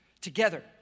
together